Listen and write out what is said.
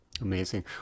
Amazing